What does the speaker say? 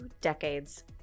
decades